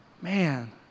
Man